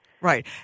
Right